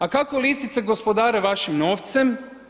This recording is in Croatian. A kako lisice gospodare vašim novcem?